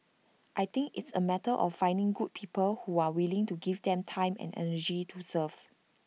I think it's A matter of finding good people who are willing to give their time and energy to serve